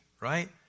right